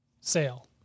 sale